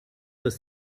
das